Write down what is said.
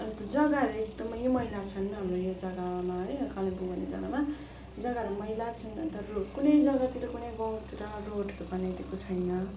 अन्त जग्गाहरू एकदमै मैला छन् हाम्रो यो जग्गामा है कालिम्पोङ भन्ने जग्गामा जग्गाहरू मैला छन् अन्त रो कुनै जग्गातिर कुनै गाउँतिर रोडहरू बनाइदिएको छैन